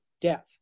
death